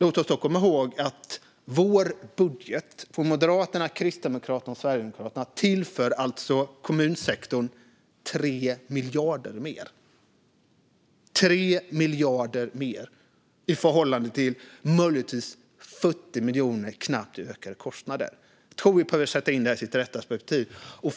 Låt oss dock komma ihåg att vår budget från Moderaterna, Kristdemokraterna och Sverigedemokraterna tillför kommunsektorn 3 miljarder mer i förhållande till möjligtvis knappt 40 miljoner i ökade kostnader. Jag tror att vi behöver sätta in det här i sitt rätta perspektiv.